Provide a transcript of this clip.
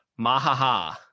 Mahaha